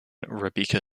rebecca